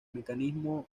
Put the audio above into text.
mecanismo